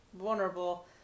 vulnerable